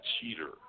cheater